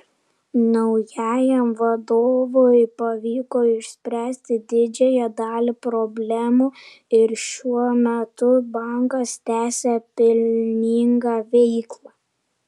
naujajam vadovui pavyko išspręsti didžiąją dalį problemų ir šiuo metu bankas tęsią pelningą veiklą